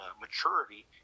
maturity